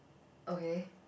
okay